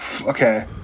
Okay